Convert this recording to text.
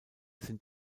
sind